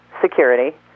security